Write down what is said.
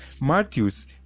Matthews